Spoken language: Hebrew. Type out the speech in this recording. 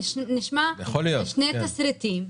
אולי נשמע שני תסריטים,